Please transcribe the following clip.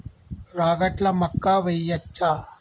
రాగట్ల మక్కా వెయ్యచ్చా?